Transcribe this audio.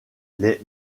les